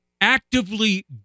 actively